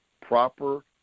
proper